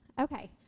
okay